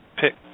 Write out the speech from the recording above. pick